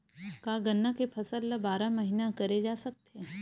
का गन्ना के फसल ल बारह महीन करे जा सकथे?